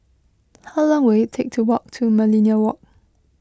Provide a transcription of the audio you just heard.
how long will it take to walk to Millenia Walk